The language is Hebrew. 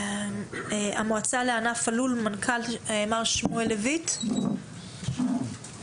המועצה לענף הלול, מר שמואל לויט, בבקשה.